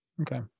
Okay